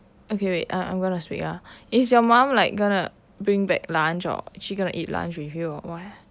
okay wait ah I'm going to speak ah is your mom like going to bring back lunch or is she going to eat lunch with you or what